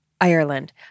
Ireland